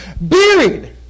buried